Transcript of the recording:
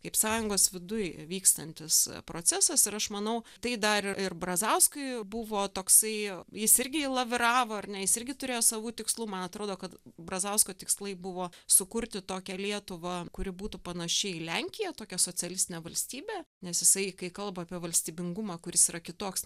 kaip sąjungos viduj vykstantis procesas ir aš manau tai dar ir brazauskui buvo toksai jis irgi jį laviravo ar ne jis irgi turėjo savų tikslų man atrodo kad brazausko tikslai buvo sukurti tokią lietuvą kuri būtų panaši į lenkiją tokia socialistinė valstybė nes jisai kai kalba apie valstybingumą kuris yra kitoks